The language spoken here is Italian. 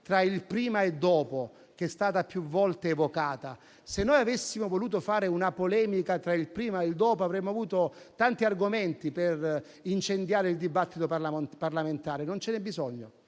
tra il prima e il dopo, che è stata più volte evocata. Se avessimo voluto fare una polemica tra il prima e il dopo, avremmo avuto tanti argomenti per incendiare il dibattito parlamentare, ma non ce n'è bisogno,